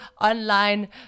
online